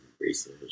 research